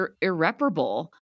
irreparable